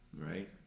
right